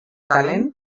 que